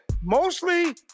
mostly